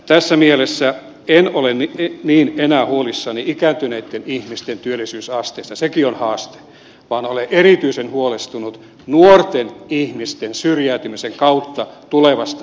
tässä mielessä en ole enää niin huolissani ikääntyneitten ihmisten työllisyysasteesta sekin on haaste vaan olen erityisen huolestunut nuorten ihmisten syrjäytymisen kautta tulevasta työllisyysasteen heikkoudesta